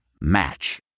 Match